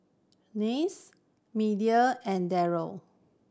Anice Media and Daryl